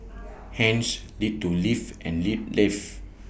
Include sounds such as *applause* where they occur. *noise* hence learn to live and lit live